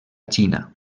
xina